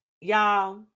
y'all